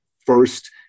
First